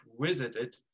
visited